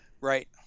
Right